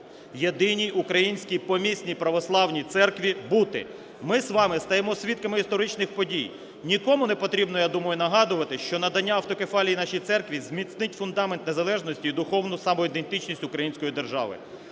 Єдиній Українській помісній православній церкві бути. Ми з вами стаємо свідками історичних подій. Нікому непотрібно, я думаю, нагадувати, що надання автокефалії нашій церкві зміцнить фундамент незалежності і духовну самоідентичність української держави.